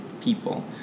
people